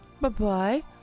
Bye-bye